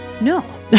No